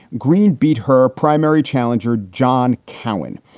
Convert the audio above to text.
green beat her primary challenger, john cowan.